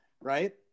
right